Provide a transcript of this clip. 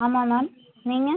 ஆமாம் மேம் நீங்கள்